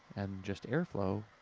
and just air blow.